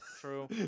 True